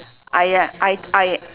I uh I I